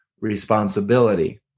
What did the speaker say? responsibility